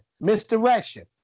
Misdirection